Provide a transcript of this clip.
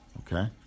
okay